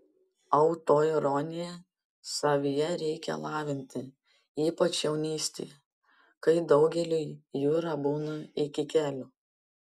autoironiją savyje reikia lavinti ypač jaunystėje kai daugeliui jūra būna iki kelių